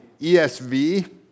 ESV